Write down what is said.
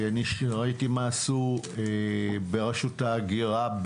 כשראיתי מה עשו ברשות ההגירה,